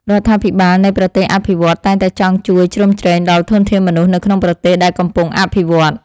រដ្ឋាភិបាលនៃប្រទេសអភិវឌ្ឍន៍តែងតែចង់ជួយជ្រោមជ្រែងដល់ធនធានមនុស្សនៅក្នុងប្រទេសដែលកំពុងអភិវឌ្ឍ។